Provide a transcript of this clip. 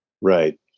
Right